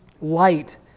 light